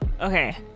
Okay